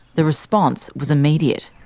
the response was immediate.